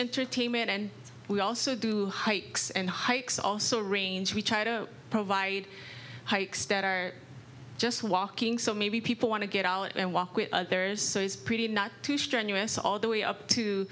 entertainment and we also do heights and hikes also range we try to provide hikes that are just walking so maybe people want to get out and walk with others so it's pretty not too strenuous all the way up to